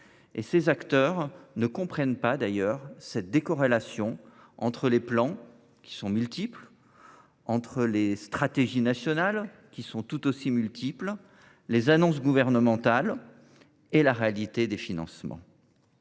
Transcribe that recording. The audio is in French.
Ces acteurs ne comprennent pas la décorrélation entre les plans, qui sont multiples, les stratégies nationales, tout aussi multiples, les annonces gouvernementales et la réalité des financements.